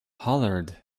hollered